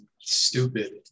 stupid